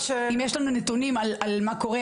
ואם יש לנו נתונים על מה שקורה,